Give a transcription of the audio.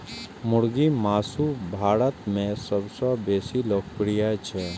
मुर्गीक मासु भारत मे सबसं बेसी लोकप्रिय छै